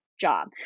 job